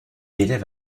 élève